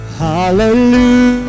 Hallelujah